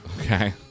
Okay